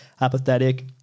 apathetic